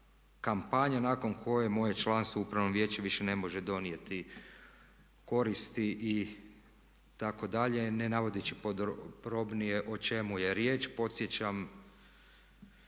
kampanja nakon koje moje članstvo u Upravnom vijeću više ne može donijeti koristi." itd. ne navodeći podrobnije o čemu je riječ. Podsjećam,